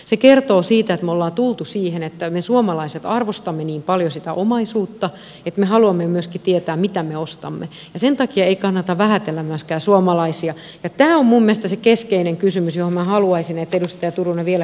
se kertoo siitä että me olemme tulleet siihen että me suomalaiset arvostamme niin paljon sitä omaisuutta että me haluamme myöskin tietää mitä me ostamme ja sen takia ei kannata myöskään vähätellä suomalaisia ja tämä on minun mielestäni se keskeinen kysymys jota minä haluaisin että edustaja turunen vielä kerran miettisi